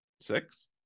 six